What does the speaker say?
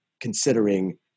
considering